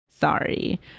Sorry